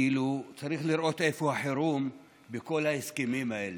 צריך לראות איפה החירום בכל ההסכמים האלה.